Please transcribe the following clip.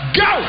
go